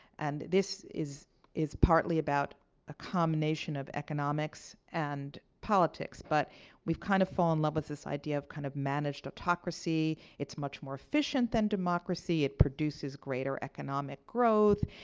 and this is is partly about a combination of economics and politics. but we've kind of fallen in love with this idea of kind of managed autocracy. it's much more efficient than democracy. it produces greater economic growth.